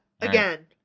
Again